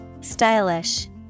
Stylish